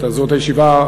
זאת הישיבה,